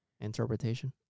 Interpretation